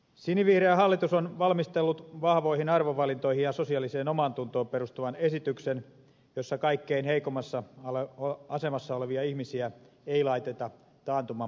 sinivihreä hallitus on valmistellut vahvoihin arvovalintoihin ja sosiaaliseen omaantuntoon perustuvan esityksen jossa kaikkein heikoimmassa asemassa olevia ihmisiä ei laiteta taantuman maksumiehiksi